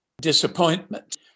disappointment